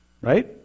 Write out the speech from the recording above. Right